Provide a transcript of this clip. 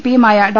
പിയുമായ ഡോ